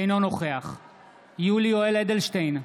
אינו נוכח יולי יואל אדלשטיין,